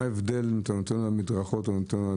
מה ההבדל אם אתה נותן על מדרכות או על הכביש?